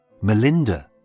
Melinda